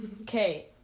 Okay